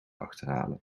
achterhalen